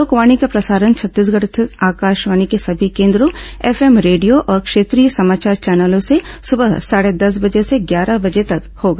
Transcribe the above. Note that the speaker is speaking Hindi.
लोकवाणी का प्रसारण छत्तीसगढ़ स्थित आकाशवाणी के सभी केन्द्रों एफ एम रेडियो और क्षेत्रीय समाचार चैनलों से सुबह साढ़े दस बजे से ग्यारह बजे तक होगा